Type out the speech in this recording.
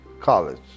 College